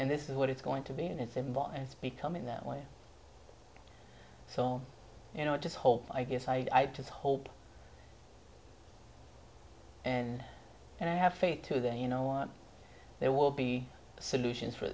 and this is what it's going to be in a symbol and it's becoming that way so you know i just hope i guess i was hope in and i have faith to then you know there will be solutions for